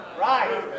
right